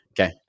Okay